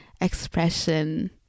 expression